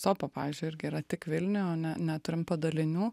sopa pavyzdžiui irgi yra tik vilnių ne neturim padalinių